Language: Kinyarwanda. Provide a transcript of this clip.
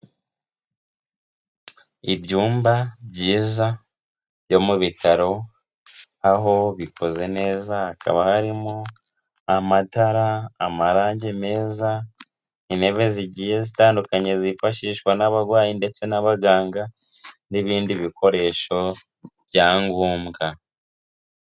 Ibyumba byiza byo mu bitaro, aho bikoze neza hakaba harimo amatara, amarangi meza, intebe zigiye zitandukanye zifashishwa n'abarwayi ndetse n'abaganga n'ibindi bikoresho bya ngombwa.